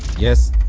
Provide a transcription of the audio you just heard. yes